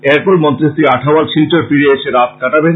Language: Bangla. এর পর মন্ত্রী শ্রী আঠাওয়াল শিলচর ফিরে এসে রাত কাটাবেন